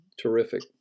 Terrific